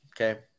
Okay